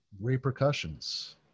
repercussions